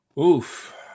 oof